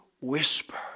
whisper